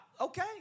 Okay